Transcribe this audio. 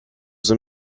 son